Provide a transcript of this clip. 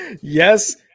Yes